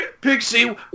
Pixie